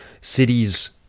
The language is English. Cities